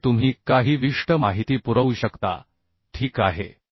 मध्ये तुम्ही काही विशिष्ट माहिती पुरवू शकता ठीक आहे